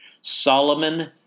Solomon